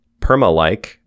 Permalike